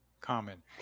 Common